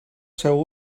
seu